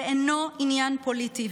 זה אינו עניין פוליטי,